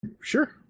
Sure